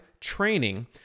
training